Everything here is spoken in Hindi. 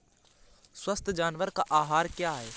स्वस्थ जानवर का आहार क्या है?